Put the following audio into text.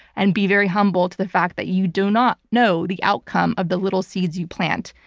and be very humble to the fact that you do not know the outcome of the little seeds you plant,